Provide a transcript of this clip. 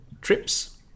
trips